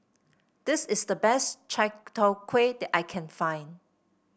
this is the best Chai Tow Kway that I can find